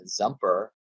Zumper